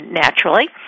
naturally